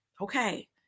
Okay